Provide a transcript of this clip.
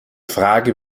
frage